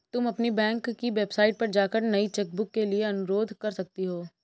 तुम अपनी बैंक की वेबसाइट पर जाकर नई चेकबुक के लिए अनुरोध कर सकती हो